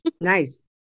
Nice